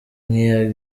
nk’iya